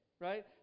right